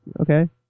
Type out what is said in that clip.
okay